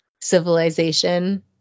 civilization